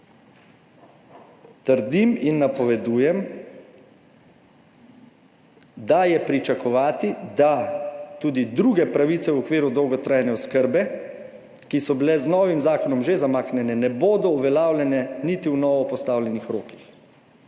Trdim in napovedujem, da je pričakovati, da tudi druge pravice v okviru dolgotrajne oskrbe, ki so bile z novim zakonom že zamaknjene, ne bodo uveljavljene niti v novo postavljenih rokih.